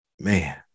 Man